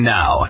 now